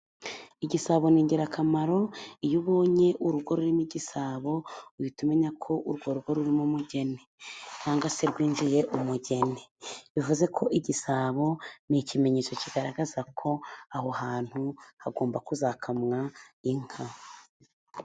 Igisabo ni ingirakamaro, iyo ubonye urugo rurimo igisabo uhita umenyako urwo rugo rurimo umugeni cyangwa se rwinjiye umugeni ,bivuzeko igisabo ni ikimenyetso kigaragazako aho hantu hagomba kuzakamwa inka.